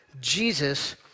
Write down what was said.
Jesus